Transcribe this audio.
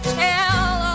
tell